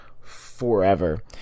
forever